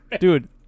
Dude